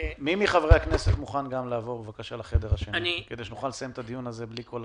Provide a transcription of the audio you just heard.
שה-2.7 מיליארד שקל בעתיד יחולקו באותה שיטה של שיפוי על